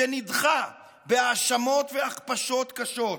שנדחה בהאשמות והכפשות קשות,